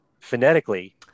phonetically